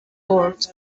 board